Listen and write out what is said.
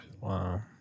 wow